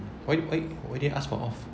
why why why do you ask for off